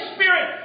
Spirit